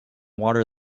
water